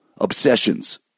obsessions